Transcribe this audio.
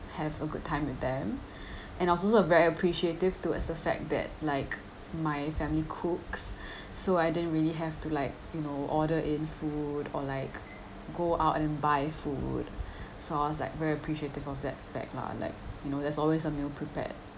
have a good time with them and I was also very appreciative towards the fact that like my family cooks so I didn't really have to like you know order in food or like go out and buy food so I was like very appreciative of that fact lah like you know there's always a meal prepared